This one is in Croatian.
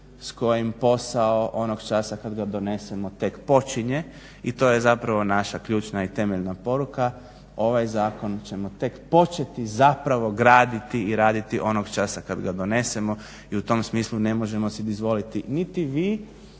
s kojim posao onog časa kada ga donesemo tek počinje i to je zapravo naša ključna i temeljna poruka. Ovaj zakon ćemo tek početi zapravo graditi i raditi onog časa kada ga donesemo i u tom smislu ne možemo si dozvoliti niti vi